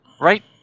right